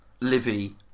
Livy